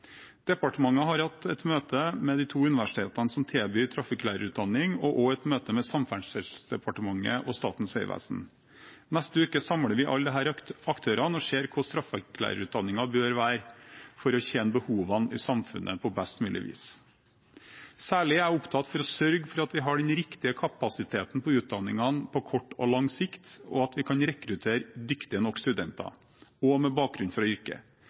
Departementet har hatt et møte med de to universitetene som tilbyr trafikklærerutdanning, og også et møte med Samferdselsdepartementet og Statens vegvesen. Neste uke samler vi alle disse aktørene og ser på hvordan trafikklærerutdanningene bør være for å tjene behovene i samfunnet på best mulig vis. Særlig er jeg opptatt av å sørge for at vi har den riktige kapasiteten på utdanningene på kort og lang sikt, og at vi kan rekruttere nok dyktige studenter – også med bakgrunn